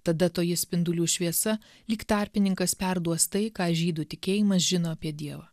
tada toji spindulių šviesa lyg tarpininkas perduos tai ką žydų tikėjimas žino apie dievą